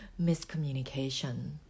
miscommunication